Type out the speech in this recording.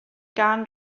gan